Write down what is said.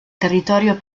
territorio